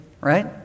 right